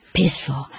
peaceful